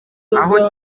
aho